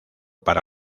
para